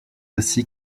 aussi